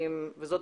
וזו